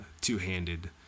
two-handed